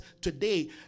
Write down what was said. today